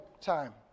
time